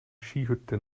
skihütte